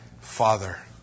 father